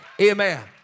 Amen